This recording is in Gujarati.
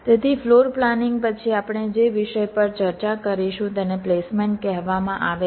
તેથી ફ્લોર પ્લાનિંગ પછી આપણે જે વિષય પર ચર્ચા કરીશું તેને પ્લેસમેન્ટ કહેવામાં આવે છે